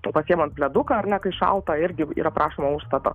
pasiimant pleduką ar ne kai šalta irgi yra prašoma užstato